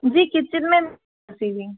जी किस चीज़ में सीलिंग